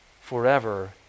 forever